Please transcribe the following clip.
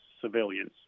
civilians